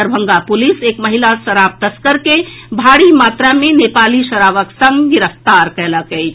Darbhanga police एक महिला शराब तस्कर के भारी मात्रा मे नेपाली शराबक संग गिरफ्तार कयलक अछि